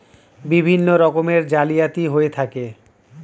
বিভিন্ন রকমের জালিয়াতি হয়ে থাকে